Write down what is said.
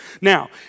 Now